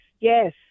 Yes